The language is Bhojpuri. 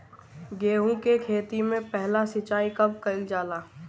गेहू के खेती मे पहला सिंचाई कब कईल जाला?